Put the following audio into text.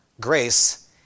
grace